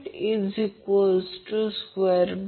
5 j2